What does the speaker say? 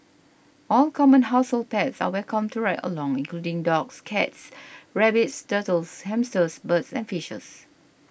all common household pets are welcome to ride along including dogs cats rabbits turtles hamsters birds and fishes